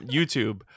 YouTube